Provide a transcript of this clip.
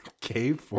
cave